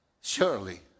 surely